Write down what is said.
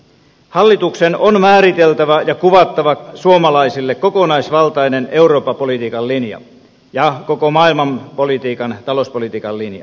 hallituksen on määriteltävä ja kuvattava suomalaisille kokonaisvaltainen eurooppa politiikan linja ja koko maailmanpolitiikan talouspolitiikan linja